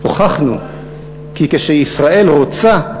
הוכחנו כי כשישראל רוצה,